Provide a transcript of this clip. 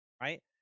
right